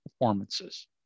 performances